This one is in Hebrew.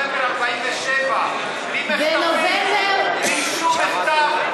בנובמבר 1947. בלי שום מחטף,